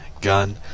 gun